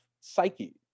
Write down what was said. psyche